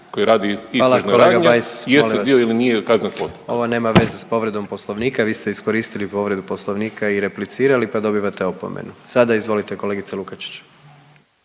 ili nije kaznenog postupka. **Jandroković, Gordan (HDZ)** Ovo nema veze s povredom Poslovnika, vi ste iskoristili povredu Poslovnika i replicirali pa dobivate opomenu. Sada izvolite, kolegice Lukačić,